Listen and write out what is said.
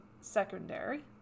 secondary